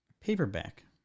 paperback